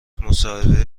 مصاحبه